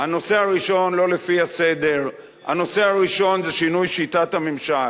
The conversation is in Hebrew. לא לפי הסדר, הנושא הראשון זה שינוי שיטת הממשל.